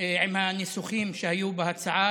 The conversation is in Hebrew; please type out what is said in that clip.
עם הניסוחים שהיו בהצעה,